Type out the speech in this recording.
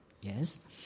Yes